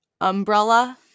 Umbrella